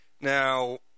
now